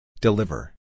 Deliver